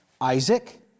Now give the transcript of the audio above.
Isaac